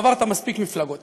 עברת מספיק מפלגות.